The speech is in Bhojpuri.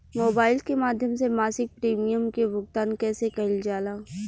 मोबाइल के माध्यम से मासिक प्रीमियम के भुगतान कैसे कइल जाला?